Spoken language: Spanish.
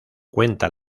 cuenta